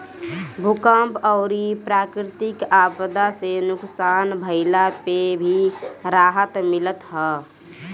भूकंप अउरी प्राकृति आपदा से नुकसान भइला पे भी राहत मिलत हअ